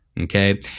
okay